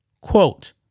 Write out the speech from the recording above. Quote